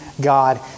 God